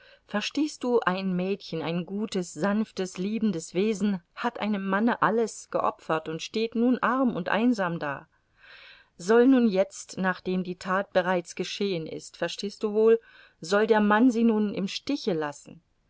verstehst du ein mädchen ein gutes sanftes liebendes wesen hat einem manne alles geopfert und steht nun arm und einsam da soll nun jetzt nachdem die tat bereits geschehen ist verstehst du wohl soll der mann sie nun im stiche lassen